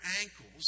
ankles